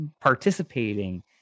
participating